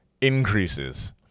increases